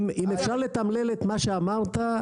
אם אפשר לתמלל את מה שאמרת,